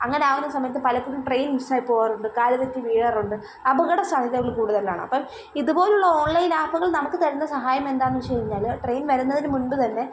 അങ്ങനെയാവുന്നൊരു സമയത്ത് പലപ്പോഴും ട്രെയിൻ മിസ്സായി പോവാറുണ്ട് കാലുതെറ്റി വീഴാറുണ്ട് അപകടസാധ്യതകൾ കൂടുതലാണ് അപ്പം ഇതുപോലുള്ള ഓൺലൈൻ ആപ്പുകൾ നമുക്ക് തരുന്ന സഹായമെന്താണെന്ന് വെച്ച് കഴിഞ്ഞാൽ ട്രെയിൻ വരുന്നതിന് മുൻപ് തന്നെ